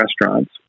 restaurants